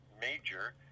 major